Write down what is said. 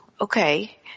okay